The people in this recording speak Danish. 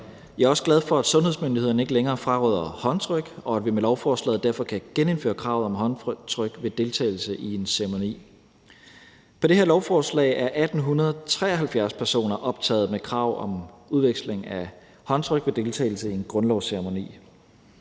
Jeg er også glad for, at sundhedsmyndighederne ikke længere fraråder håndtryk, og at vi med lovforslaget derfor kan genindføre kravet om håndtryk ved deltagelse i en ceremoni. På det her lovforslag er 1.873 personer optaget med krav om udveksling af håndtryk ved en grundlovsceremoni.